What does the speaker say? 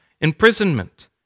imprisonment